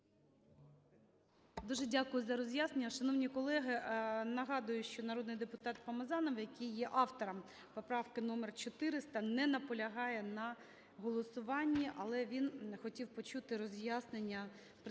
Дуже дякую за роз'яснення. Шановні колеги, нагадую, що народний депутат Помазанов, який є автором поправки номер 400, не наполягає на голосуванні, але він хотів почути роз'яснення представника